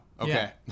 Okay